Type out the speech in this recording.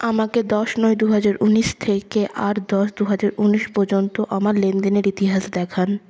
আমাকে দশ নয় দু হাজার ঊনিশ থেকে আট দশ দু হাজার ঊনিশ পর্যন্ত আমার লেনদেনের ইতিহাস দেখান